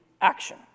action